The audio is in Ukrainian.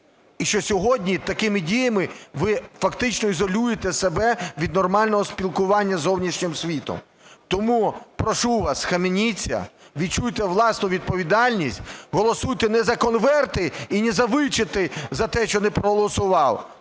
і що сьогодні такими діями ви фактично ізолюєте себе від нормального спілкування з зовнішнім світом. Тому прошу вас, схаменіться, відчуйте власну відповідальність, голосуйте не за конверти і не за вычеты за те, що не проголосував,